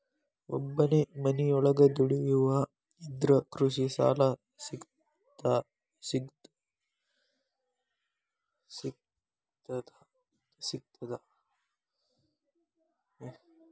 ಒಬ್ಬನೇ ಮನಿಯೊಳಗ ದುಡಿಯುವಾ ಇದ್ರ ಕೃಷಿ ಸಾಲಾ ಸಿಗ್ತದಾ?